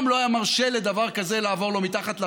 לא היה מרשה לדבר כזה לעבור לו מתחת לרדאר.